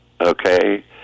okay